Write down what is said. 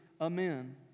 Amen